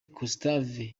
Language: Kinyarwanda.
gustave